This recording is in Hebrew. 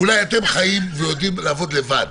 אולי אתם חיים ויודעים לעבוד לבד,